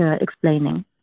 explaining